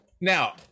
Now